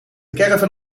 caravan